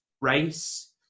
race